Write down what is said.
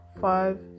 five